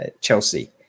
Chelsea